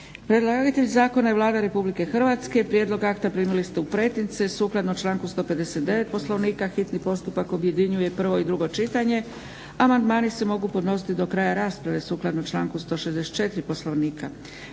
Predlagatelj Zakona je Vlada Republike Hrvatske. Prijedlog akta primili ste u pretince. Sukladno članku 159. Poslovnika hitni postupak objedinjuje prvo i drugo čitanje. Amandmani se mogu podnositi do kraja rasprave sukladno članku 164. Poslovnika.